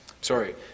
Sorry